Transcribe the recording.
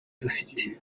dufite